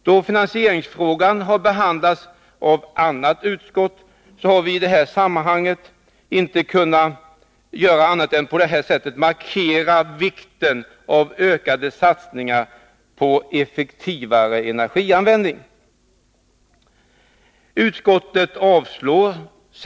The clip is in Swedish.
Då finansieringsfrågan har behandlats av annat utskott, har vi i det här sammanhanget inte kunnat göra annat än att på detta sätt markera vikten av ökade satsningar på effektivare energianvändning.